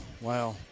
Wow